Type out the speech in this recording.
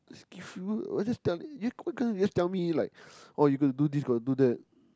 excuse you why can't you just tell me like oh you got to do this got to do that